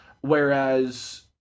Whereas